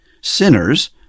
Sinners